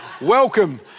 Welcome